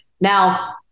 Now